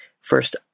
First